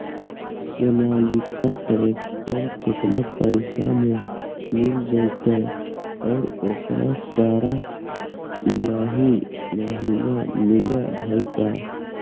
Sonalika tractor केतना पैसा में मिल जइतै और ओकरा सारे डलाहि महिना मिलअ है का?